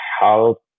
help